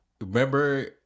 remember